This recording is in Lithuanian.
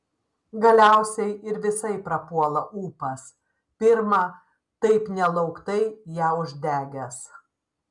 galiausiai ir visai prapuola ūpas pirma taip nelauktai ją uždegęs